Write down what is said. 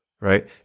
Right